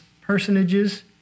personages